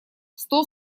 сто